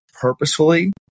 purposefully